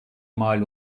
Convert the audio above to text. mal